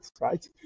right